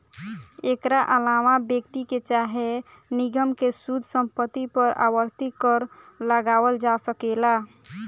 एकरा आलावा व्यक्ति के चाहे निगम के शुद्ध संपत्ति पर आवर्ती कर लगावल जा सकेला